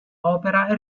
opera